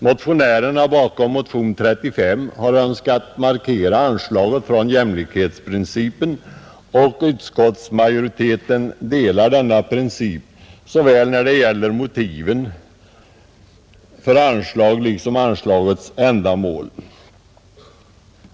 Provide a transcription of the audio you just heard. Motionärerna bakom motionen 35 har önskat markera att jämlikhetsprincipen utgör motiv för anslaget, och utskottsmajoriteten ansluter sig till denna princip när det gäller såväl motiven för anslag som anslagets ändamål.